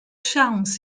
siawns